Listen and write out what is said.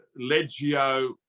legio